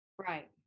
Right